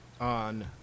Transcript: on